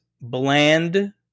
bland